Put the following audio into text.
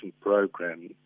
Program